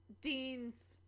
Dean's